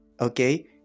okay